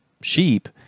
sheep